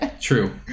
true